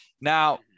Now